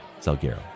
Salguero